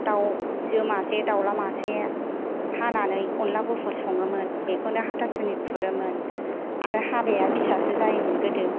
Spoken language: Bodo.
दाउजो मासे दाउला मासे हानानै अनला गुफुर सङोमोन बेखौनो हाथा सुनि खुरोमोन आरो हाबाया फिसासो जायोमोन गोदो